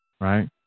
Right